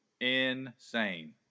Insane